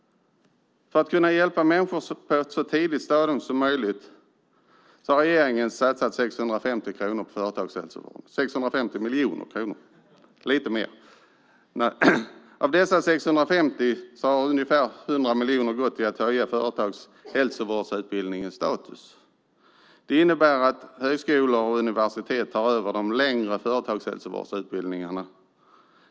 För att kunna hjälpa människor på ett så tidigt stadium som möjligt har regeringen satsat 650 miljoner kronor på företagshälsovård. Av dessa 650 miljoner har ungefär 100 miljoner gått till att höja företagshälsovårdsutbildningens status. Det innebär att högskolor och universitet tar över de längre företagshälsovårdsutbildningarna.